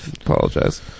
Apologize